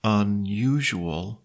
unusual